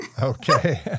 Okay